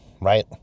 right